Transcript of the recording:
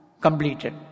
completed